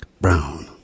brown